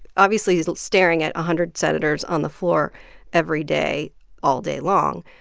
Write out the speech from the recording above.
obviously, is staring at a hundred senators on the floor every day all day long.